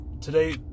today